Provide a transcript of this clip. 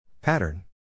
pattern